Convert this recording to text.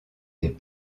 des